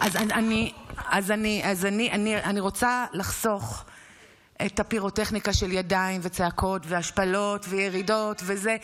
אז אני רוצה לחסוך את הפירוטכניקה של ידיים וצעקות והשפלות וירידות וזה.